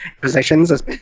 positions